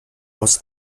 aus